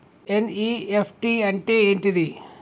NEFT అంటే ఏంటిది?